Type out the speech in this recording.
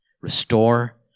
restore